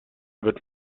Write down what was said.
wird